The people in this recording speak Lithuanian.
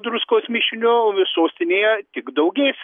druskos mišiniu sostinėje tik daugės